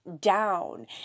down